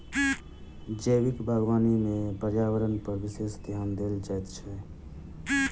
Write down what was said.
जैविक बागवानी मे पर्यावरणपर विशेष ध्यान देल जाइत छै